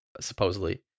supposedly